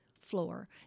floor